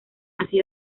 así